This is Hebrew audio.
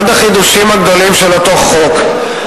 אחד החידושים הגדולים של אותו חוק,